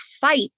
fight